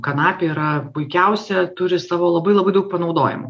kanapė yra puikiausia turi savo labai labai daug panaudojimų